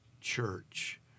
Church